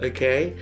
Okay